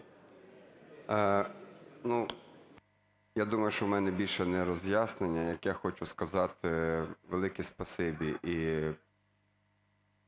я думаю, що в мене більше не роз'яснення, як я хочу сказати велике спасибі і